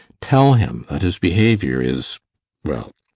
tell him that his behaviour is well,